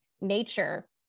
nature